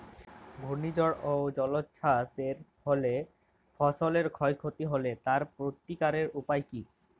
ঘূর্ণিঝড় ও জলোচ্ছ্বাস এর ফলে ফসলের ক্ষয় ক্ষতি হলে তার প্রতিকারের উপায় কী?